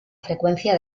frecuencia